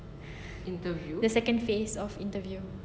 the second phase of interview